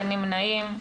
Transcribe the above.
אין נמנעים.